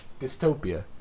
dystopia